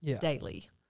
daily